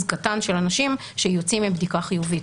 קטן של אנשים שיוצאים עם בדיקה חיובית,